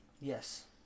Yes